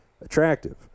attractive